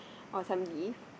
or some leaf